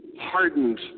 hardened